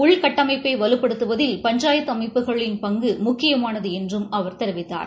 உள்கட்டமைப்ப வலுப்படுத்துவதில் பஞ்சாயத்து அமைப்புகளின் பங்கு முக்கியமானது என்றும் அவர் தெரிவித்தார்